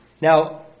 Now